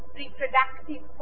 reproductive